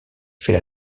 fait